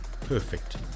perfect